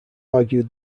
argued